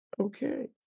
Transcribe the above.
Okay